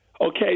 Okay